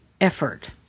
effort